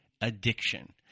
addiction